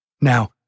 Now